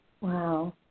Wow